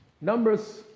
Numbers